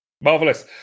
Marvelous